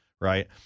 right